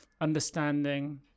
understanding